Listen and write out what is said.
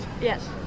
Yes